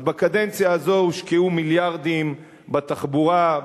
אז בקדנציה הזאת הושקעו מיליארדים בתחבורה,